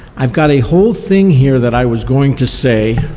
i've got a whole thing here that i was going to say,